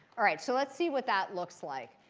all right, so let's see what that looks like.